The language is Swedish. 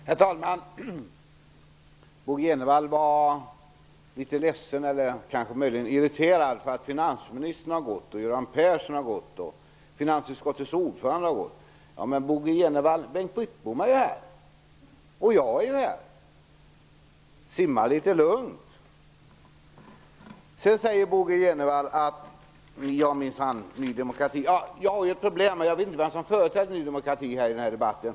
Herr talman! Bo G Jenevall var litet ledsen eller kanske möjligen irriterad över att finansministern, Göran Persson och finansutskottets ordförande har gått. Men Bengt Wittbom och jag är ju här, Bo G Jenevall. Simma litet lugnt! Jag har ett problem. Jag vet inte vem som företräder Ny demokrati i den här debatten.